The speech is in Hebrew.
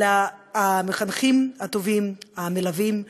אבל המחנכים הטובים, המלווים,